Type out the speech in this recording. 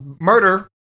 murder